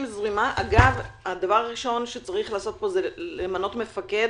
אגב, הדבר הראשון שצריך לעשות פה זה למנות מפקד.